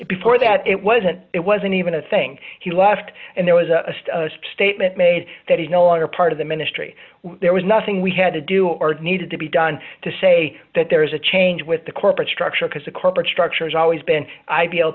before that it wasn't it wasn't even a thing he left and there was a statement made that he no longer part of the ministry there was nothing we had to do or needed to be done to say that there is a change with the corporate structure because a corporate structure is always been ideal